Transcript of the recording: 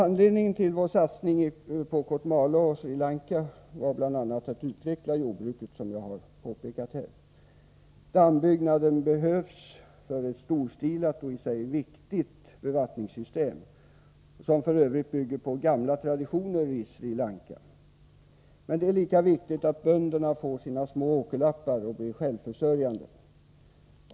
Syftet med vår satsning på Kotmale och Sri Lanka var bl.a. att utveckla jordbruket, som jag har påpekat här. Dammbyggnaden behövs för ett storstilat och i sig viktigt bevattningssystem, vilket f. ö. bygger på gamla traditioner i Sri Lanka. Men det är lika viktigt att bönderna får sina små åkerlappar och blir självförsörjande.